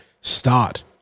start